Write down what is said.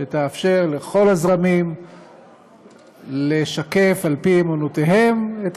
שתאפשר לכל הזרמים לשקף על פי אמונותיהם את